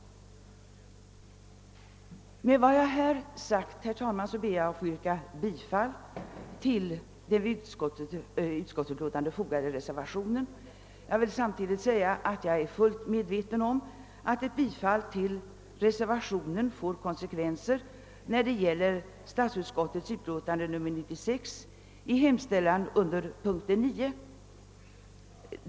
Med vad jag här sagt, herr talman, ber jag att få yrka bifall till den vid utskottsutlåtandet fogade reservationen. Jag vill samtidigt förklara att jag är medveten om att ett bifall till reservationen får konsekvenser när det gäller hemställan under punkten 9 i statsutskottets utlåtande nr 96.